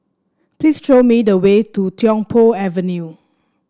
please show me the way to Tiong Poh Avenue